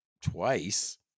twice